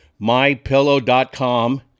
mypillow.com